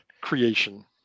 creation